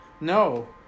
No